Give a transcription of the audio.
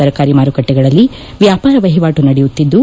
ತರಕಾರಿ ಮಾರುಕಟ್ಟಿಗಳಲ್ಲಿ ವ್ಯಾಪಾರ ವಹವಾಟು ನಡೆಯುತ್ತಿದ್ದು